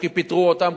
כי פיטרו אותם,